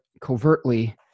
covertly